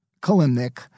Kalimnik